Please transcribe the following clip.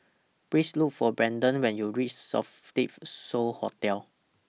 Please Look For Branden when YOU REACH Sofitel So Hotel